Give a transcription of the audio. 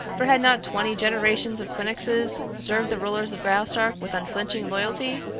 for had not twenty generations of quinnoxes served the rulers of graustark with unflinching loyalty?